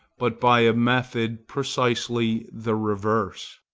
but by a method precisely the reverse.